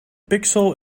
pixel